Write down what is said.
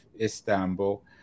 istanbul